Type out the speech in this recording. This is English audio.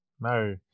No